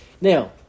Now